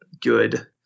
good